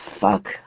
fuck